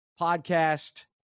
podcast